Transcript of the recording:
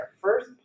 first